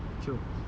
chill